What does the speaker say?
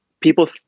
people